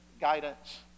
guidance